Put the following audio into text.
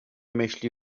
myśli